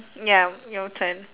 ya your turn